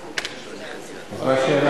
זאת השאלה?